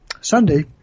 Sunday